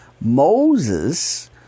Moses